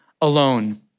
alone